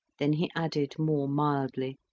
then he added more mildly,